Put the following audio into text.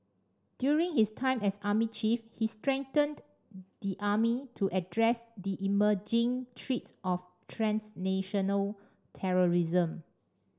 during his time as army chief he strengthened the army to address the emerging threat of transnational terrorism